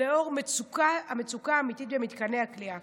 לנוכח המצוקה האמיתית במתקני הכליאה.